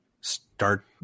start